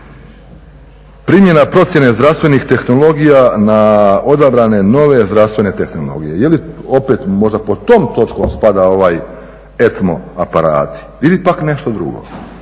Primjena procjene zdravstvenih tehnologija na odabrane nove zdravstvene tehnologije. Je li opet možda pod tom točkom spada ovaj ECMO aparati ili pak nešto drugo.